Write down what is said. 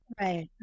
right